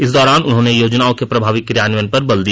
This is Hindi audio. इस दौरान उन्होंने योजनाओं के प्रभावी कियान्वयन पर बल दिया